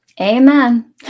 Amen